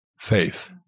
faith